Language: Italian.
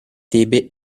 tebe